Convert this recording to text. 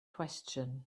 question